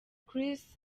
chris